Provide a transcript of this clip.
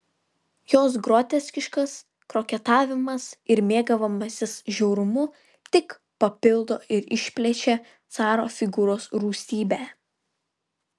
jos groteskiškas koketavimas ir mėgavimasis žiaurumu tik papildo ir išplečia caro figūros rūstybę